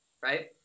Right